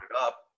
up